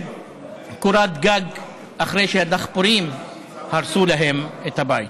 קורת גג אחרי שהדחפורים הרסו להם את הבית.